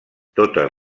totes